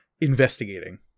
investigating